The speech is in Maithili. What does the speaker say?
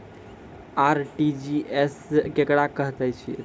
आर.टी.जी.एस केकरा कहैत अछि?